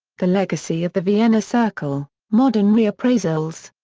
the legacy of the vienna circle modern reappraisals.